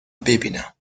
ببینم